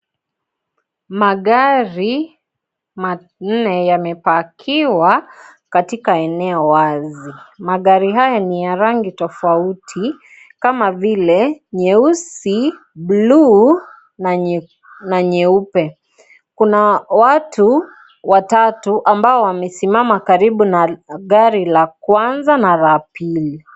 Magari manne yamepakiwa katika eneo wazi, magari haya ni ya rangi tofauti tofauti kama vile nyeusi, buluu na nyeupe, kuna watu watau ambao wamesimama karibu na gari la kwanza na la pili.